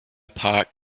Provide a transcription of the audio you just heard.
park